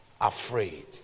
afraid